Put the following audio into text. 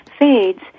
fades